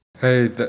Hey